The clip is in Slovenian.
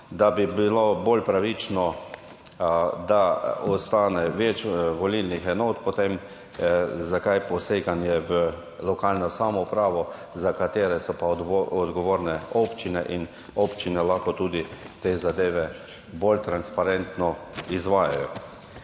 bi bilo bolj pravično, da ostane več volilnih enot, zakaj potem poseganje v lokalne samouprave, za katere so pa odgovorne občine in občine lahko tudi te zadeve bolj transparentno izvajajo?